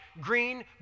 green